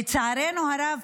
לצערנו הרב,